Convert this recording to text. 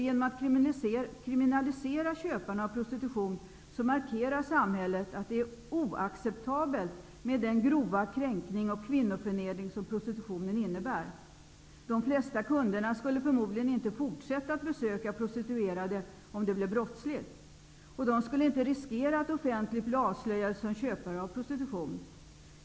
Genom att kriminalisera köparna av prostitution markerar samhället att det är oacceptabelt med den grova kränkning och kvinnoförnedring som prostitutionen innebär. De flesta kunderna skulle förmodligen inte fortsätta att besöka prostituerade om det blev brottsligt. De skulle inte riskera att offentligt bli avslöjade som köpare av prostitution.